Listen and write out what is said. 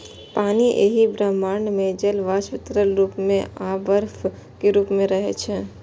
पानि एहि ब्रह्मांड मे जल वाष्प, तरल रूप मे आ बर्फक रूप मे रहै छै